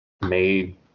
made